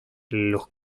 los